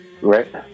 Right